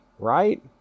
Right